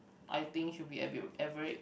I think should be average